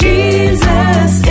Jesus